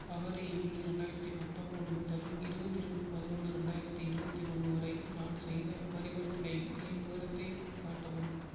ஆறு ஏழு ரெண்டாயிரத்து பத்தம்பது முதல் இருபத்தி ரெண்டு பதினொன்று ரெண்டாயிரத்து இருபத்திஒன்னு வரை நான் செய்த பரிவர்த்தனைகளின் விவரத்தை காட்டவும்